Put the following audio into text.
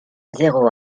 zéro